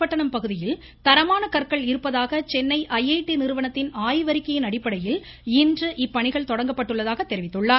பட்டணம் பகுதியில் தரமான கற்கள் இருப்பதாக சென்னை ஐஐடி நிறுவனத்தின் ஆய்வறிக்கையின் அடிப்படையில் இன்று இப்பணிகள் தொடங்கப்பட்டுள்ளதாக தெரிவித்துள்ளார்